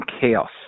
chaos